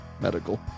medical